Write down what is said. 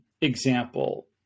example